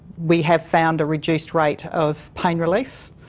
we have found a reduced rate of pain relief,